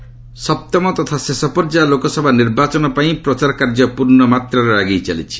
campaigning ସପ୍ତମ ତଥା ଶେଷ ପର୍ଯ୍ୟାୟ ଲୋକସଭା ନିର୍ବାଚନ ପାଇଁ ପ୍ରଚାର କାର୍ଯ୍ୟ ପୁର୍ଣ୍ଣ ମାତ୍ରାରେ ଆଗେଇ ଚାଲିଛି